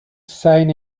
sign